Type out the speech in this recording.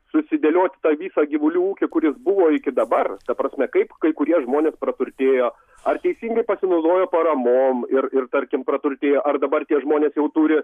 susidėlioti tą visą gyvulių ūkį kuris buvo iki dabar ta prasme kaip kai kurie žmonės praturtėjo ar teisingai pasinaudojo paramom ir ir tarkim praturtėjo ar dabar tie žmonės jau turi